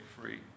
free